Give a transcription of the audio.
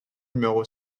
numéro